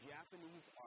Japanese